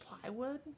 plywood